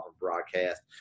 broadcast